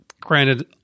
granted